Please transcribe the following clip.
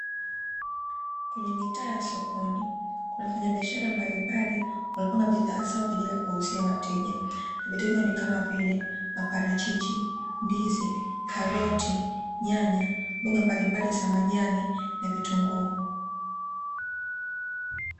Kwenye mitaa ya sokoni kuna wafanyabiashara mbalimbali wakinapanga bidhaa zao kwa ajili kuwauzia wateja. Vitu hivyo ni kama vile: maparachichi, ndizi, karoti, nyanya, mboga mbalimbali za majani na vitunguu.